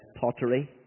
pottery